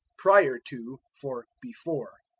prior to for before.